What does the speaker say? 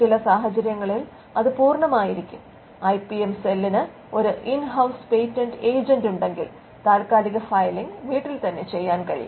ചില സാഹചര്യങ്ങളിൽ അത് പൂർണ്ണമായിരിക്കും ഐപിഎം സെല്ലിന് ഒരു ഇൻ ഹൌസ് പേറ്റന്റ് ഏജൻറ് ഉണ്ടെങ്കിൽ താൽക്കാലിക ഫയലിംഗ് വീട്ടിൽ തന്നെ ചെയ്യാൻ കഴിയും